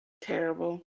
Terrible